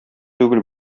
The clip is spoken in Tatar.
түгел